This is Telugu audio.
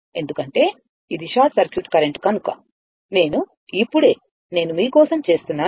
ఎందుకంటే ఇది షార్ట్ సర్క్యూట్ కరెంట్ కనుక నేను ఇప్పుడే నేను మీ కోసం చేస్తున్నాను